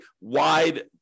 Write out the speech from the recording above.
wide